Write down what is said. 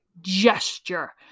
gesture